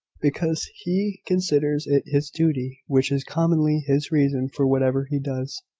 because he considers it his duty, which is commonly his reason for whatever he does.